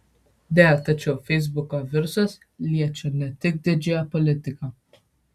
deja tačiau feisbuko virusas liečia ne tik didžiąją politiką